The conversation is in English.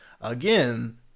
again